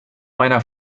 meiner